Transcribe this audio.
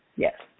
Yes